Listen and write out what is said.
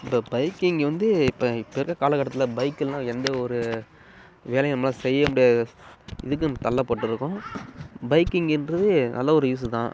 இந்த பைக்கிங் வந்து இப்போ இப்போ இருக்கற காலகட்டத்தில் பைக்கில்லைனா எந்த ஒரு வேலையும் நம்மளால் செய்ய முடியாது இதுக்கும் தள்ளப்பட்டிருக்கோம் பைக்கிங் என்பது நல்ல ஒரு யூஸுதான்